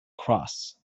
cross